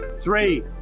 Three